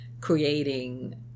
creating